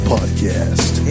Podcast